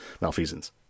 malfeasance